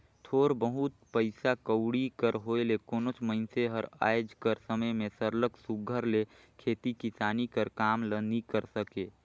थोर बहुत पइसा कउड़ी कर होए ले कोनोच मइनसे हर आएज कर समे में सरलग सुग्घर ले खेती किसानी कर काम ल नी करे सके